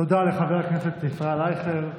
תודה לחבר הכנסת ישראל אייכלר.